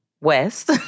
West